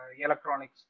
electronics